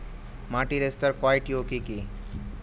মাটির স্তর কয়টি ও কি কি?